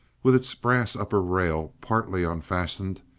with its brass upper rail partly unfastened,